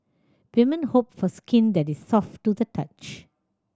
women hope for skin that is soft to the touch